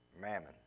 Mammon